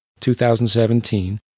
2017